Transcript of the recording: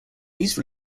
these